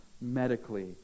medically